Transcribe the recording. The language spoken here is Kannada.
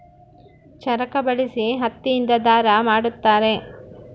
ಚರಕ ಬಳಸಿ ಹತ್ತಿ ಇಂದ ದಾರ ಮಾಡುತ್ತಾರೆ